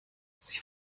sie